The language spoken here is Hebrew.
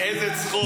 איזה צחוק.